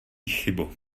chybu